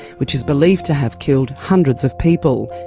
which is believed to have killed hundreds of people.